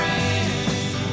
Rain